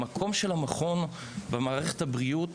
המקום של המכון במערכת הבריאות,